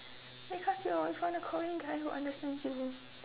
because you always want a korean guy who understands you